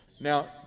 Now